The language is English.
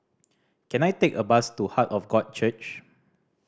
can I take a bus to Heart of God Church